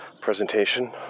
presentation